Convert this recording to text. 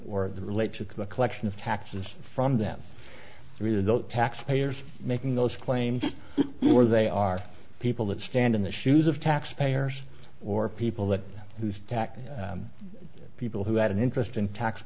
to the collection of taxes from them through the taxpayers making those claims or they are people that stand in the shoes of taxpayers or people that whose tax people who had an interest in tax